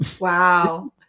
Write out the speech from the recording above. wow